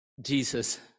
Jesus